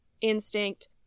instinct